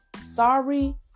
Sorry